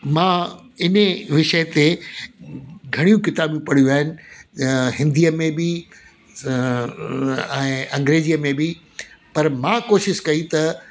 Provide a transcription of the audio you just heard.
मां इन विषय ते घणियूं किताबियूं पढ़ियूं आहिनि हिंदीअ में बि ऐं अंग्रेजीअ में बि पर मां कोशिशि कई त